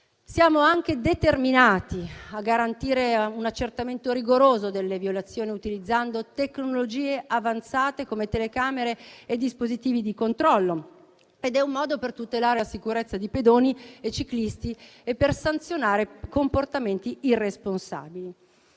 Siamo anche determinati a garantire un accertamento rigoroso delle violazioni utilizzando tecnologie avanzate come telecamere e dispositivi di controllo, un modo per tutelare la sicurezza di pedoni e ciclisti e per sanzionare comportamenti irresponsabili.